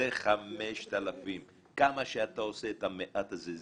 זה 5,000. כמה שאתה עושה את המעט הזה,